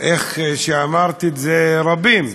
איך שאמרת את זה, רבים,